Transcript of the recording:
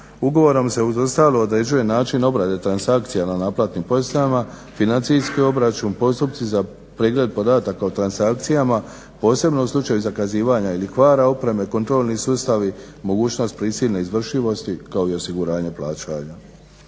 Ugovorom se uz ostalo određuje način obrade transakcija na naplatnim …, financijski obračun, postupci za pregled podataka o transakcijama, posebno u slučaju zakazivanja ili kvara opreme, kontrolni sustavi, mogućnost prisilne izvršivosti, kao i osiguranje plaćanja.